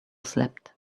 slept